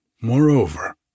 Moreover